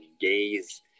gaze